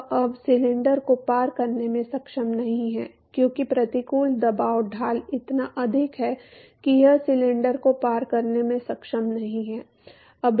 यह अब सिलेंडर को पार करने में सक्षम नहीं है क्योंकि प्रतिकूल दबाव ढाल इतना अधिक है कि यह सिलेंडर को पार करने में सक्षम नहीं है